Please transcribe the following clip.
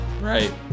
Right